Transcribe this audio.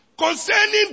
Concerning